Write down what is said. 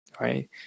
Right